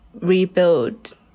rebuild